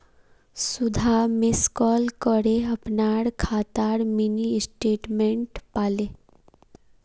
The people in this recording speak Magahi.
सुधा मिस कॉल करे अपनार खातार मिनी स्टेटमेंट पाले